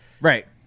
right